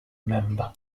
member